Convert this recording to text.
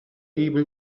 able